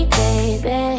baby